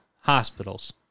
hospitals